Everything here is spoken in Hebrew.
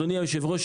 אדוני היושב-ראש,